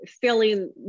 filling